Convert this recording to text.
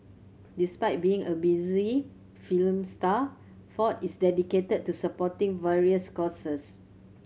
despite being a busy film star Ford is dedicated to supporting various causes